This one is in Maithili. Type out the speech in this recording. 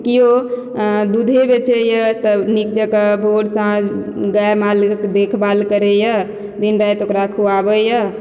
केओ दुधे बेचैया तऽ निक जकाँ भोर साँझ गाय मालक देखभाल करैया दिन राति ओकरा खुआबैया